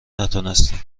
نتونستیم